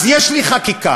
אז יש לי חקיקה,